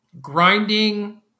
grinding